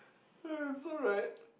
it's alright